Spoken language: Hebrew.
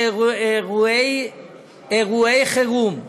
שבה אירועי חירום קורים,